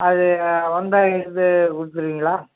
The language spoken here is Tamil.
அது வந்தா எடுத்து கொடுத்துட்வீங்களா